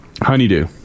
Honeydew